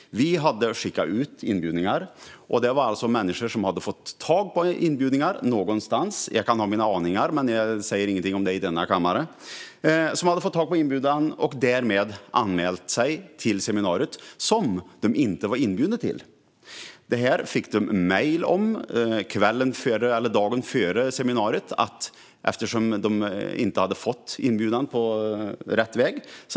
Vi hade skickat ut inbjudningar. Sedan hade andra människor fått tag på en inbjudan någonstans ifrån - jag har mina aningar men säger ingenting om det i denna kammare. Därefter anmälde de sig till det seminarium som de inte var inbjudna till. Dagen före seminariet fick de mejl om att de inte var välkomna eftersom de inte hade fått inbjudan på rätt väg.